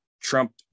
Trump